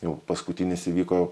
jau paskutinis įvyko